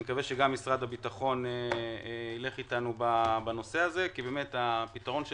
אני מקווה שגם משרד הביטחון ילך איתנו בנושא הזה כי באמת אי